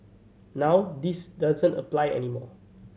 now this doesn't apply any more